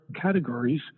categories